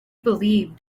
believed